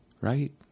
right